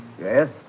Yes